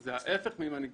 זה ההפך ממנהיגות,